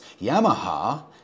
Yamaha